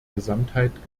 gesamtheit